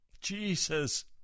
Jesus